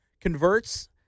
converts